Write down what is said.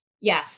Yes